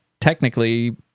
technically